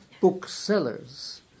booksellers